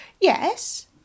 Yes